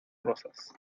rosas